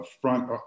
front